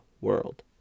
world